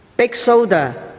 big soda,